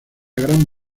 gran